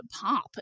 pop